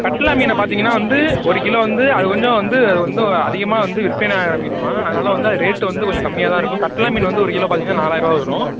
கட்லா மீன பார்த்தீங்கன்னா வந்து ஒரு கிலோ வந்து அது கொஞ்சம் வந்து அது வந்து அதிகமாக வந்து விற்பனை ஆகிற மீனும்மா அதனால் வந்து அது ரேட்டு வந்து கொஞ்சம் கம்மியாக தான் இருக்கும் கட்லா மீன் வந்து ஒரு கிலோ பார்த்தீங்கன்னா நாலாயிர் ரூபா வரும்